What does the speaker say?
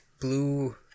Blue